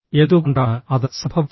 എന്തുകൊണ്ടാണ് അത് സംഭവിച്ചത്